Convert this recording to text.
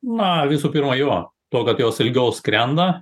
na visų pirma jo tuo kad jos ilgiau skrenda